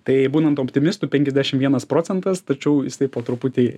tai būnant optimistu penkiasdešim vienas procentas tačiau jisai po truputį